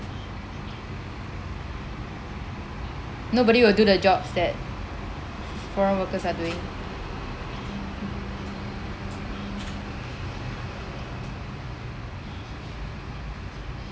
nobody would do the jobs that foreign workers are doing